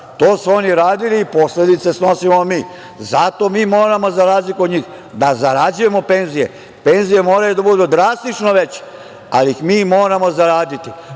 To su oni radili i posledice snosimo mi. Zato mi moramo, za razliku od njih, da zarađujemo penzije. Penzije moraju da budu drastično veće, ali ih mi moramo zaraditi. Što